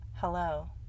Hello